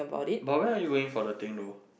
but where are you going for the thing though